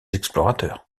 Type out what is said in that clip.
explorateurs